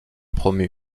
promu